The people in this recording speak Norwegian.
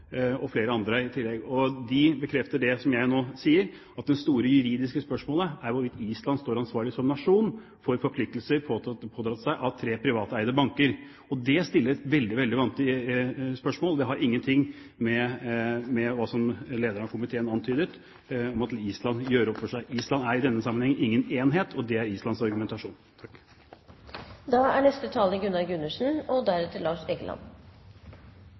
i tillegg flere andre. De bekrefter det som jeg nå sier, at det store juridiske spørsmålet er hvorvidt Island står ansvarlig som nasjon for forpliktelser pådratt seg av tre privateide banker. Det stiller et veldig vanskelig spørsmål. Det har ingenting med det som lederen av komiteen antydet, at Island gjør opp for seg. Island er i denne sammenhengen ingen enhet, og det er Islands argumentasjon.